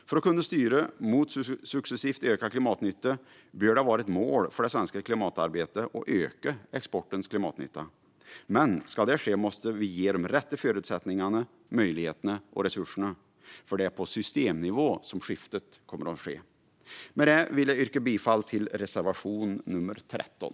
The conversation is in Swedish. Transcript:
För att kunna styra mot successivt ökad klimatnytta bör det vara ett mål för det svenska klimatarbetet att öka exportens klimatnytta. Men ska detta ske måste vi ge de rätta förutsättningarna, möjligheterna och resurserna, för det är på systemnivå som skiftet kommer att ske. Jag vill yrka bifall till reservation 13.